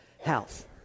house